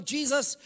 Jesus